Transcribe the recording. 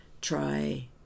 Try